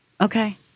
Okay